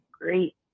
great